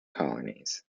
colonies